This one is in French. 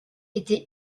été